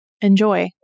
Enjoy